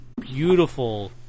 beautiful